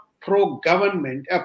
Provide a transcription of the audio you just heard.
pro-government